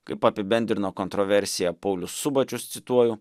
kaip apibendrino kontroversiją paulius subačius cituoju